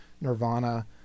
Nirvana